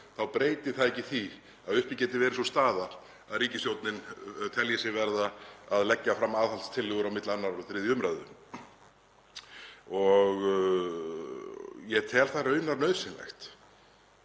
þá breyti það ekki því að uppi geti verið sú staða að ríkisstjórnin telji sig verða að leggja fram aðhaldstillögur á milli 2. og 3. umræðu. Ég tel það raunar nauðsynlegt.